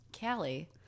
Callie